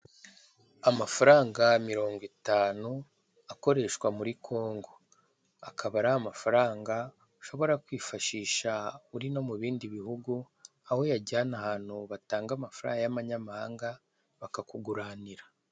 Amafaranga mirongo itanu akoreshwa muri Congo akaba ari amafaranga ushobora kwifashisha uri no mu bindi bihugu aho uyajyana ahantu batanga amafaranga y'abanyamahanga bakakuguranira.